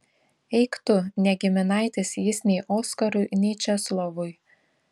eik tu ne giminaitis jis nei oskarui nei česlovui